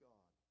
God